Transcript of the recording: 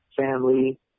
family